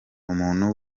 umuntu